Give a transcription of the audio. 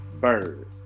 Bird